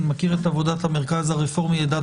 אני מכיר את עבודת המרכז הרפורמי לדת